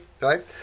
right